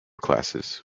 classes